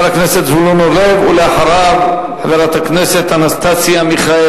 אבל אתה תראה בעצמך,